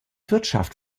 wirtschaft